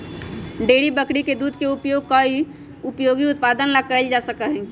dairy बकरी के दूध के उपयोग कई उपयोगी उत्पादन ला कइल जा सका हई